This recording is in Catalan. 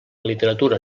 literatura